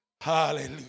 hallelujah